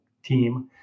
team